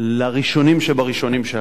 לראשונים שבראשונים שהיו.